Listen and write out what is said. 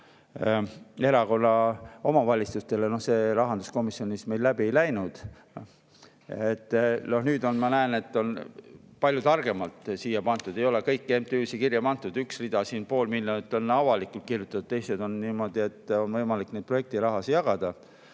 erakonna omavalitsustele. See rahanduskomisjonis meil läbi ei läinud. Nüüd ma näen, et on palju targemalt siin [tehtud], ei ole kõiki MTÜ-sid kirja pandud. Üks rida siin, pool miljonit, on avalikult kirjas, teised on niimoodi, et on võimalik neid projektirahasid jagada.